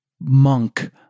monk